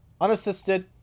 Unassisted